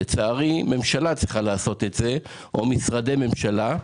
לצערי, ממשלה צריכה לעשות את זה או משרדי ממשלה.